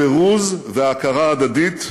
הפירוז וההכרה ההדדית,